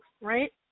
right